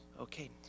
Okay